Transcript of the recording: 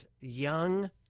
young